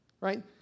right